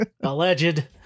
alleged